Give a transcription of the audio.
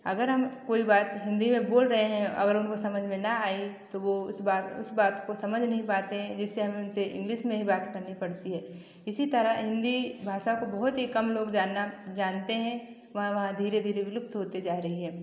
अगर हम कोई बात हिन्दी में बोल रहे हैं अगर उनको समझ में न आई तो वो उस बात उस बात को समझ नहीं पाते जिससे हमें उनसे इंग्लिश में ही बात करनी पड़ती है इसी तरह हिन्दी भाषा को बहुत ही कम लोग जानना जानते हैं वहाँ वहाँ धीरे धीरे विलुप्त होते जा रही है